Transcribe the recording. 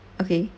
okay